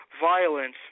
violence